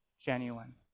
genuine